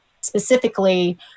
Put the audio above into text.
specifically